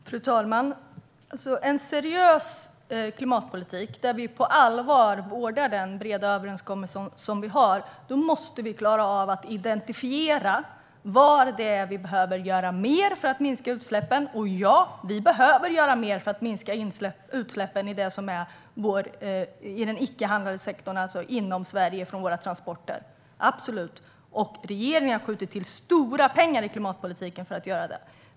Fru talman! I en seriös klimatpolitik där vi på allvar vårdar den breda överenskommelse vi har måste vi klara av att identifiera var vi behöver göra mer för att minska utsläppen. Och ja, vi behöver göra mer för att minska utsläppen i den icke-handlande sektorn, alltså inom Sverige från våra transporter - absolut! Regeringen har också skjutit till stora pengar i klimatpolitiken för att göra det.